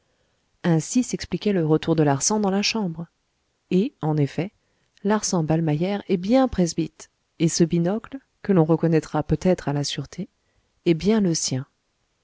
ainsi s'expliquait le retour de larsan dans la chambre et en effet larsanballmeyer est bien presbyte et ce binocle que l'on reconnaîtra peut-être à la sûreté est bien le sien